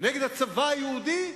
נגד הצבא היהודי?